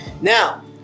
Now